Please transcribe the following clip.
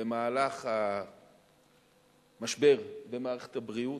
במהלך המשבר במערכת הבריאות,